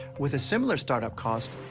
with a similar start up cost,